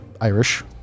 Irish